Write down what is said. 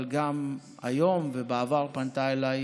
אבל היום ובעבר פנתה אליי